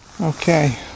Okay